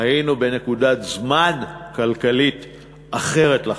היינו בנקודת זמן כלכלית אחרת לחלוטין.